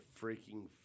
freaking